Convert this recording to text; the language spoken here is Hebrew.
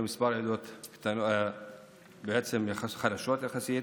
בימים האחרונים כמה רעידות, חלשות יחסית.